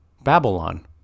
Babylon